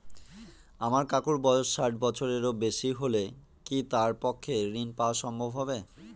আমার কাকুর বয়স ষাট বছরের বেশি হলে কি তার পক্ষে ঋণ পাওয়া সম্ভব হবে?